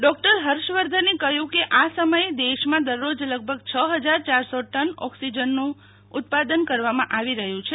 doctor હર્ષવર્ધને કહ્યું કે આ સમયે દેશમાં દરરોજ લગભગ છ હજાર ચારસો ટન ઓક્સીજનનું ઉત્પાદન કરવામાં આવી રહ્યું છે